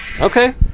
Okay